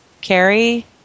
Carrie